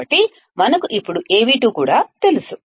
కాబట్టి మనకు ఇప్పుడు Av2 కూడా తెలుసు